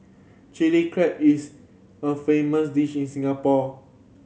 Chilli Crab is a famous dish in Singapore